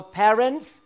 parents